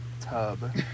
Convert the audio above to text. tub